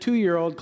TWO-YEAR-OLD